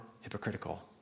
hypocritical